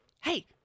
hey